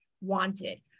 wanted